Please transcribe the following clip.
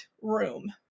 room